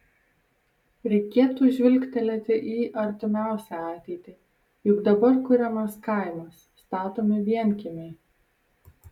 reikėtų žvilgtelėti į artimiausią ateitį juk dabar kuriamas kaimas statomi vienkiemiai